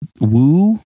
woo